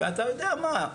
ואתה יודע מה,